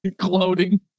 clothing